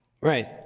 right